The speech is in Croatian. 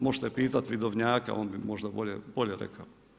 Možete pitati vidovnjaka, on bi možda bolje rekao.